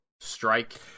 strike